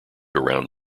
around